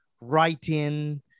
writing